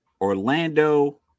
Orlando